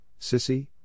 sissy